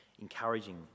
encouraging